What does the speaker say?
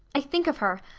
i think of her,